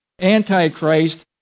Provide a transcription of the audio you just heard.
Antichrist